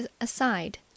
aside